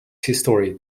history